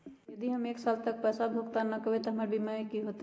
यदि हम एक साल तक पैसा भुगतान न कवै त हमर बीमा के की होतै?